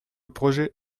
projet